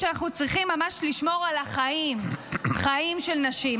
שאנחנו ממש צריכים לשמור על החיים, חיים של נשים.